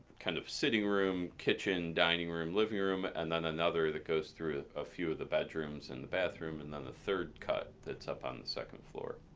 kind of sitting room, kitchen, dining room, living room and then another that goes through a few of the bedrooms and the bathroom and then the third cut up on the second floor.